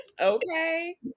Okay